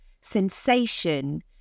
sensation